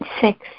six